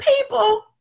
people